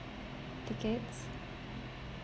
tickets